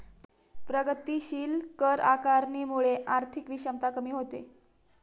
प्रगतीशील कर आकारणीमुळे आर्थिक विषमता कमी होते